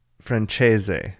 Francese